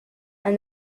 and